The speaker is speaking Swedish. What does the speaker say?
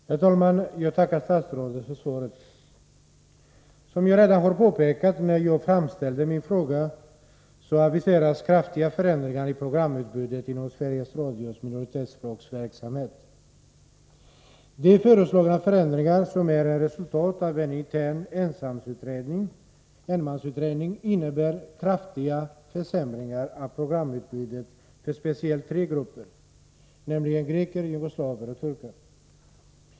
Herr talman! Jag tackar statsrådet för svaret. Som jag redan har påpekat när jag framställde min fråga aviseras kraftiga förändringar i programutbudet inom Sveriges Radios minoritetsspråksverksamhet. De föreslagna förändringar som är resultat av en intern enmansutredning innebär kraftiga försämringar av programutbudet för speciellt tre grupper, nämligen för greker, jugoslaver och turkar.